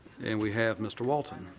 and we have mr. walton.